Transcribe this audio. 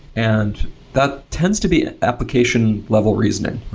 and that tends to be application level reasoning.